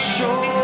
Show